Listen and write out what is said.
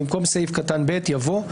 במקום סעיף קטן (ב) יבוא: